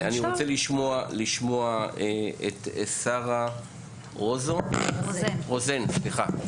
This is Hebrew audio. אני רוצה לשמוע את שרה רוזן, בבקשה.